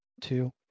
two